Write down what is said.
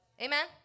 Amen